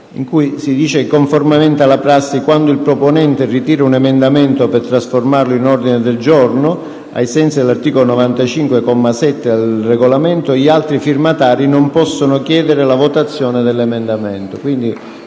in cui si dice che, conformemente alla prassi, quando il proponente ritira un emendamento per trasformarlo in ordine giorno, ai sensi dell'articolo 95, comma 7, del Regolamento, gli altri firmatari non possono chiedere la votazione dell'emendamento.